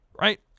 Right